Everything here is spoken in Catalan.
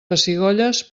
pessigolles